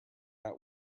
out